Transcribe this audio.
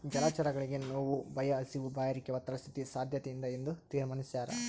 ಜಲಚರಗಳಿಗೆ ನೋವು ಭಯ ಹಸಿವು ಬಾಯಾರಿಕೆ ಒತ್ತಡ ಸ್ಥಿತಿ ಸಾದ್ಯತೆಯಿಂದ ಎಂದು ತೀರ್ಮಾನಿಸ್ಯಾರ